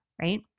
right